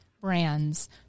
brands